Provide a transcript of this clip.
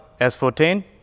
S14